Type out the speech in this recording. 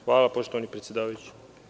Hvala, poštovani predsedavajući.